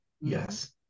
Yes